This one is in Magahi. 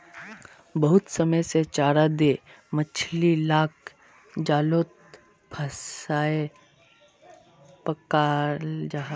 बहुत समय से चारा दें मछली लाक जालोत फसायें पक्राल जाहा